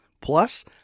Plus